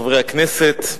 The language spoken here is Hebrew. חברי הכנסת,